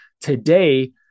today